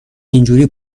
اینجوری